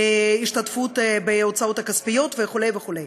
השתתפות בהוצאות הכספיות וכו' וכו'.